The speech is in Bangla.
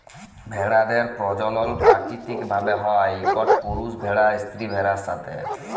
ভেড়াদের পরজলল পাকিতিক ভাবে হ্যয় ইকট পুরুষ ভেড়ার স্ত্রী ভেড়াদের সাথে